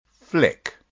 flick